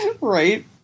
Right